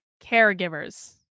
caregivers